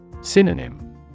Synonym